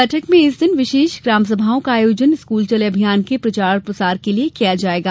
बैठक में इस दिन विशेष ग्राम सभाओं का आयोजन स्कूल चलें अभियान के प्रचार प्रसार के लिये किया जायेगा